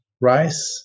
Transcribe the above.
rice